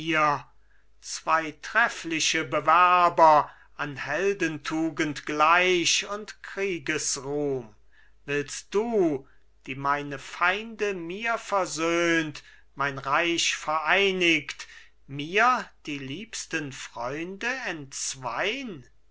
zwei treffliche bewerber an heldentugend gleich und kriegesruhm willst du die meine feinde mir versöhnt mein reich vereinigt mir die liebsten freunde entzwein